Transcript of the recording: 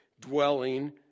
dwelling